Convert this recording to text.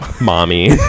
mommy